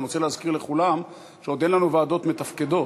אני רוצה להזכיר לכולם שעוד אין לנו ועדות מתפקדות.